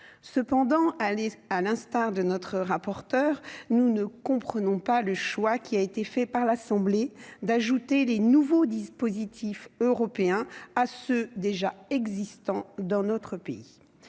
cependant aller à l'instar de notre rapporteur, nous ne comprenons pas le choix qui a été fait par l'Assemblée d'ajouter les nouveaux dispositifs européens à ceux déjà existants dans notre pays,